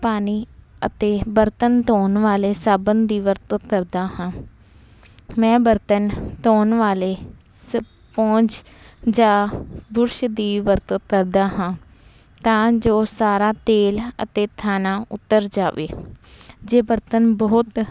ਪਾਣੀ ਅਤੇ ਬਰਤਨ ਧੋਣ ਵਾਲੇ ਸਾਬਣ ਦੀ ਵਰਤੋਂ ਕਰਦਾ ਹਾਂ ਮੈਂ ਬਰਤਨ ਧੋਣ ਵਾਲੇ ਸਪੋਂਜ ਜਾਂ ਬੁਰਸ਼ ਦੀ ਵਰਤੋਂ ਤਰਦਾ ਹਾਂ ਤਾਂ ਜੋ ਸਾਰਾ ਤੇਲ ਅਤੇ ਥਾਨਾ ਉੱਤਰ ਜਾਵੇ ਜੇ ਬਰਤਨ ਬਹੁਤ